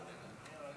את